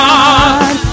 God